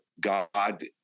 God